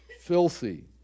filthy